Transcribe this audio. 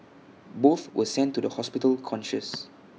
both were sent to the hospital conscious